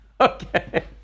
okay